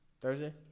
Thursday